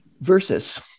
versus